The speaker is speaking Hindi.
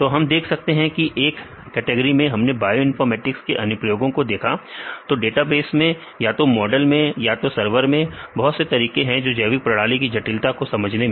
तो हम देख सकते हैं कि हर एक कैटेगरी में हमने बायोइनफॉर्मेटिक्स के अनुप्रयोगों को देखा या तो डेटाबेस में या तो मॉडल में या सरवर में तो बहुत से तरीकों से यह जैविक प्रणाली की जटिलता को समझने में